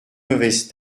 mauvaise